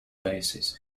basis